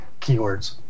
keywords